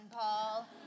Paul